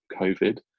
COVID